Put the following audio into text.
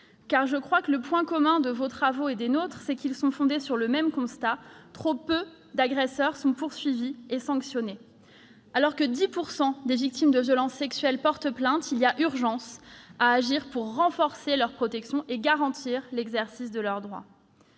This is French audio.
Je crois que le point commun de vos travaux et des nôtres, c'est qu'ils sont fondés sur le même constat : trop peu d'agresseurs sont poursuivis et sanctionnés. Alors que 10 % des victimes de violences sexuelles portent plainte, il y a urgence à agir pour renforcer leur protection et garantir l'exercice de leurs droits.